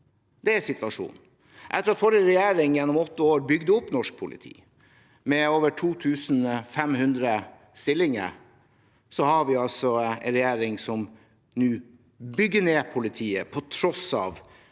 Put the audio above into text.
Det er situasjonen. Etter at forrige regjering gjennom åtte år bygde opp norsk politi med over 2 500 stillinger, har vi en regjering som nå bygger ned politiet på tross av